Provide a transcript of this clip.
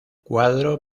cuadro